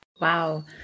wow